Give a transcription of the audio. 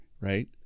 Right